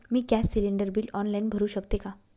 मी gas cylinder bill online भरु शकते का?